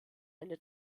eine